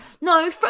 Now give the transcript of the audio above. No